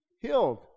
healed